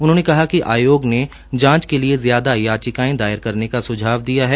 उन्होंने कहा कि आयोग ने जांच के लिए याचिकायें दायर करने का स्झाव दिया है